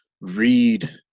read